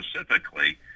specifically